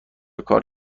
کار